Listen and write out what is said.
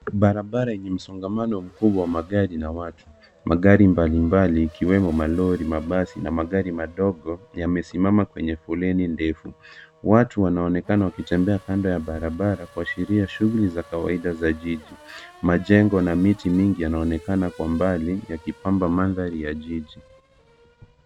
Barabara yenye msongamano mkubwa wa magari na watu. Magari mbalimbali ikiwemo, malori, mabasi na magari madogo, yamesimama kwenye foleni ndefu. Watu wanaonekana wakitembea kando ya barabara, kuashiria shughuli za kawaida za jiji. Majengo na miti mingi yanaonekana kwa mbali, yakipamba mandhari ya jiji.